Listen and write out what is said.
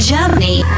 Germany